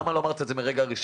למה לא אמרת את זה מהרגע הראשון?